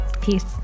peace